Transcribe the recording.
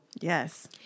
Yes